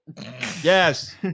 Yes